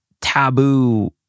taboo